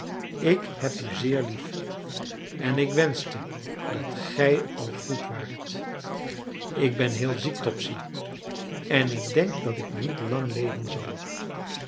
ik heb u zeer lief en ik wenschte dat gij al goed waart ik ben heel ziek topsy en ik denk dat ik niet lang leven zal